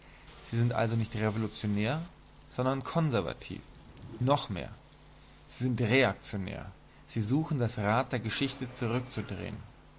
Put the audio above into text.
sie sind also nicht revolutionär sondern konservativ noch mehr sie sind reaktionär sie suchen das rad der geschichte zurückzudrehen